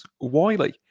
Wiley